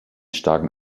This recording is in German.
starken